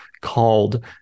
called